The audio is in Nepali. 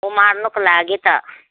उमार्नुको लागि त